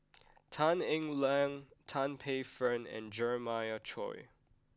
Tan Eng Liang Tan Paey Fern and Jeremiah Choy